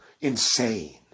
Insane